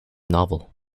novel